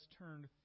turned